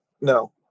No